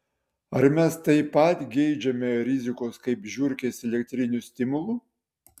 ar mes taip pat geidžiame rizikos kaip žiurkės elektrinių stimulų